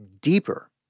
deeper